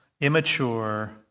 immature